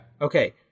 Okay